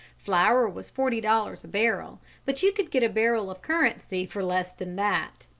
flour was forty dollars a barrel but you could get a barrel of currency for less than that.